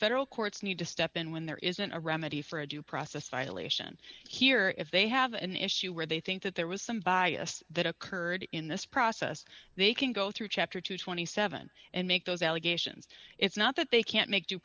courts need to step in when there isn't a remedy for a do process violation here if they have an issue where they think that there was some bias that occurred in this process they can go through chapter two hundred and twenty seven and make those allegations it's not that they can't make due